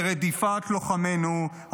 לרדיפת לוחמינו,